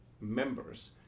members